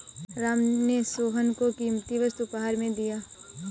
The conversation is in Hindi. राम ने सोहन को कीमती वस्तु उपहार में दिया